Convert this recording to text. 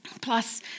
Plus